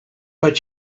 but